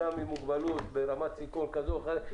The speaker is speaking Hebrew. אדם עם מוגבלות ברמת סיכון כזו או אחרת,